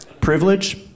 Privilege